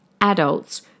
adults